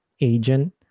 agent